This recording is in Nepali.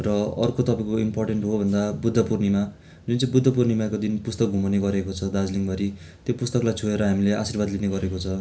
र अर्को तपाईँको इम्पोर्टेन्ट हो भन्दा बुद्ध पूर्णिमा जुन चाहिँ बुद्ध पूर्णिमाको दिन पुस्तक घुमाउने गरेको छ दार्जिलिङभरि त्यो पुस्तकलाई छोएर हामीले आशीर्वाद लिने गरेको छ